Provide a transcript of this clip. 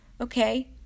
okay